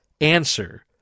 answer